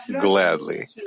gladly